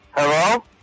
Hello